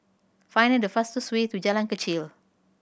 find the fastest way to Jalan Kechil